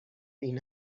این